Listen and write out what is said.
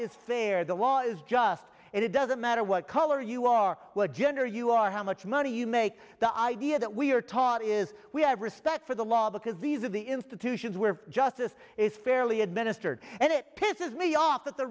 is fair the law is just and it doesn't matter what color you are what gender you are how much money you make the idea that we are taught is we have respect for the law because these are the institutions where justice is fairly administered and it pisses me off that the